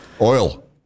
oil